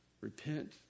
repent